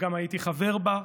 וגם הייתי חבר בה,